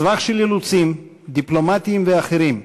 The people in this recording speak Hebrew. סבך של אילוצים, דיפלומטיים ואחרים,